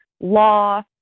law